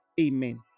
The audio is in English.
Amen